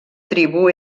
tribu